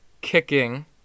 Kicking